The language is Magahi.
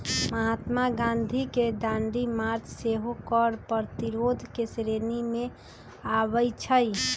महात्मा गांधी के दांडी मार्च सेहो कर प्रतिरोध के श्रेणी में आबै छइ